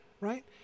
right